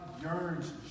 yearns